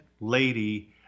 lady